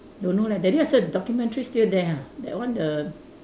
don't know leh that day I saw documentary is still there ah that one the